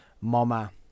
Mama